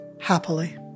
happily